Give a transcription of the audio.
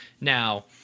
Now